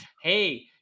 hey